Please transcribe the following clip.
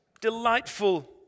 delightful